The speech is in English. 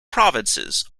provinces